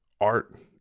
art